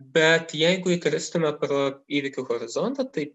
bet jeigu įkristume pro įvykių horizontą tai